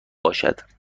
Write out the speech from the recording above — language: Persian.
باشد